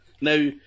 Now